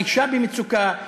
אישה במצוקה,